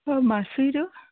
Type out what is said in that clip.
অঁ মাচুইটো